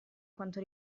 quanto